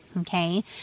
okay